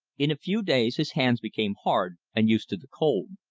in a few days his hands became hard and used to the cold.